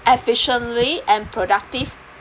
efficiently and productive